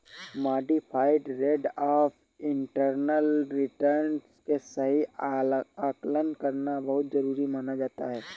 modified rate of internal return के सही आकलन करना बहुत जरुरी माना जाता है